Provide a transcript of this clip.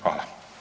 Hvala.